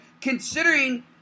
considering